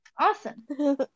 Awesome